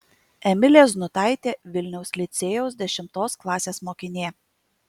emilė znutaitė vilniaus licėjaus dešimtos klasės mokinė